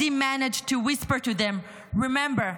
Adi managed to whisper to them: "Remember,